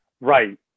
right